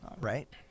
right